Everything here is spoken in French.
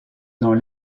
dans